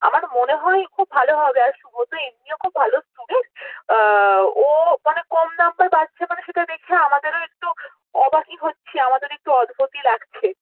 আমার মনে হয় খুব ভালো হবে আর শুভ তো এমনিও খুব ভালো স্টুডেন্ট ও মানে কম নম্বর পাচ্ছে মানে সেটা দেখে আমাদেরও একটু অবাকই হচ্ছি আমাদেরও একটু অদ্ভূতই লাগছে